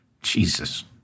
Jesus